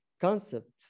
concept